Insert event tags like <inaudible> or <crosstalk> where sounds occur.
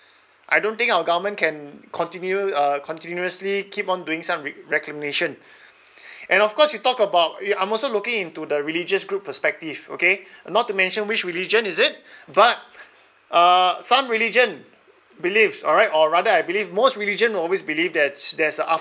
I don't think our government can continu~ continuously keep on doing some re~ reclaimation <breath> and of course you talk about it I'm also looking into the religious group perspective okay not mention which religion is it but uh some religion beliefs alright or rather I believe most religion always believe that there's a